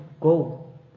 go